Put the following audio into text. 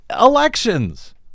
elections